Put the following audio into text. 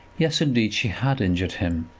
yes, indeed, she had injured him!